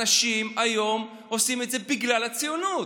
אנשים היום עושים את זה בגלל הציונות,